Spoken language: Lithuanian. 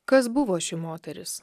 kas buvo ši moteris